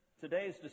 today's